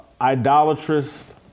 Idolatrous